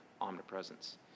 omnipresence